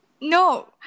no